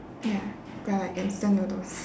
ya they're like instant noodles